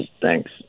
Thanks